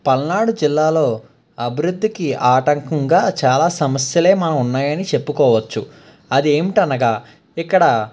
పల్నాడు జిల్లాలో అభివృద్ధికి ఆటంకంగా చాలా సమస్యలే మనం ఉన్నాయని చెప్పుకోవచ్చు అదేమిటి అనగా ఇక్కడ